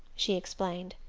she explained.